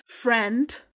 friend